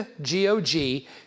G-O-G